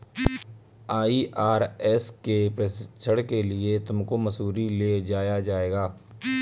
IRS के प्रशिक्षण के लिए तुमको मसूरी ले जाया जाएगा